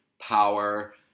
power